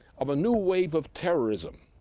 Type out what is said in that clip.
of a new wave of terrorism.